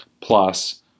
plus